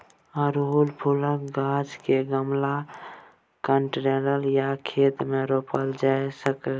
अड़हुल फुलक गाछ केँ गमला, कंटेनर या खेत मे रोपल जा सकै छै